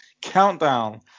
countdown